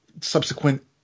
subsequent